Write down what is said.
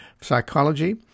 Psychology